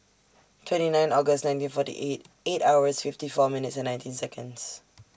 twenty nine August nineteen forty eight eight hours fifty four minutes and nineteen Seconds